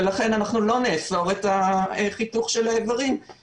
ולכן אנחנו לא נאסור את החיתוך של האיברים.